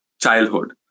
childhood